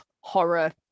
horror